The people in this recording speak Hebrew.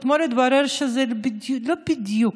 אתמול התברר שזה לא בדיוק.